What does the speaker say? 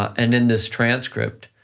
and in this transcript,